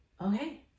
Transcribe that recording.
okay